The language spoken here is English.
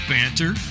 Banter